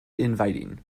inviting